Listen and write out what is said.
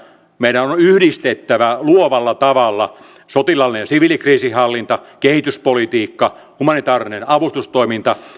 meidän on yhdistettävä luovalla tavalla sotilaallinen ja siviilikriisinhallinta kehityspolitiikka humanitaarinen avustustoiminta